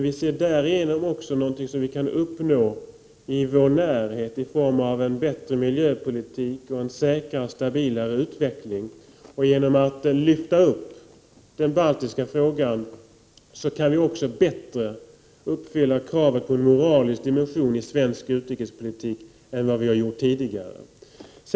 Vi ser därigenom också något som vi kan uppnå i vår närhet i form av en bättre miljöpolitk och en säkrare och stabilare utveckling. Genom att lyfta upp den baltiska frågan kan vi också bättre uppfylla kravet på en moralisk dimension i svensk utrikespolitik än vad vi har gjort tidigare.